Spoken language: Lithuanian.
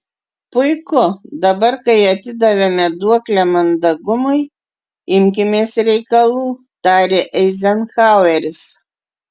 puiku dabar kai atidavėme duoklę mandagumui imkimės reikalų tarė eizenhaueris